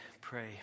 pray